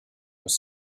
was